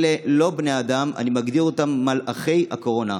אלה לא בני אדם, אני מגדיר אותם "מלאכי הקורונה".